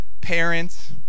parents